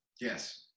Yes